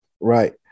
Right